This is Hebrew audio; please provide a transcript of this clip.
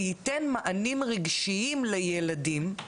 הגוף הזה ייתן מענים רגשיים לילדים,